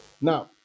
Now